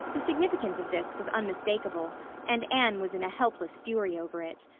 the significance of this was unmistakable and anne was in a helpless fury over it.